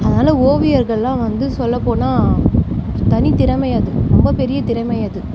அதனால ஓவியர்கள்லாம் வந்து சொல்ல போனால் தனி திறமை அது ரொம்ப பெரிய திறமை அது